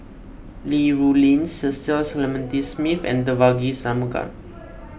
Li Rulin Cecil Clementi Smith and Devagi Sanmugam